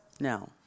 No